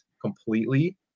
completely